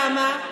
למה?